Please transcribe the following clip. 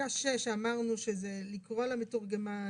שבפסקה (6) אמרנו שזה לקרוא למתורגמן,